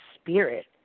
spirit